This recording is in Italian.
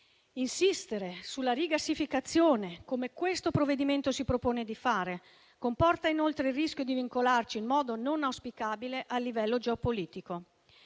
Insistere sulla rigassificazione, come il provvedimento in discussione si propone di fare, comporta inoltre il rischio di vincolarci in modo non auspicabile a livello geopolitico.